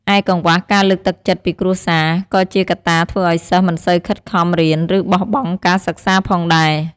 ឯកង្វះការលើកទឹកចិត្តពីគ្រួសារ ក៏ជាកត្តាធ្វើឲ្យសិស្សមិនសូវខិតខំរៀន ឬបោះបង់ការសិក្សាផងដែរ។